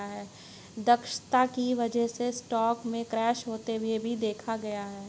दक्षता की वजह से स्टॉक में क्रैश होते भी देखा गया है